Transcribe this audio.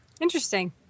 Interesting